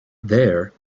there